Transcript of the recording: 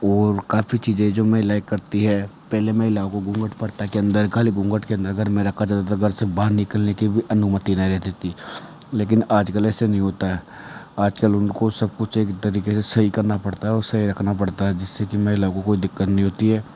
ओर काफ़ी चीज़े जो महिलायें करती हैं पहले माहिलाओं को घूँगट पर्दा के अंदर खाली घूँगट के अंदर घर में रखा जाता था घर से बाहर निकलने की भी अनुमति नहीं रहती थी लेकिन आज कल ऐसे नहीं होता है आज कल उनको सब कुछ एक तरीके से सही करना पड़ता है ओर सही रखना पड़ता है जिससे कि माहिलाओं को कोई दिक्कत नहीं होती है